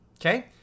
Okay